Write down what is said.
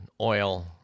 oil